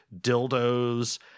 dildos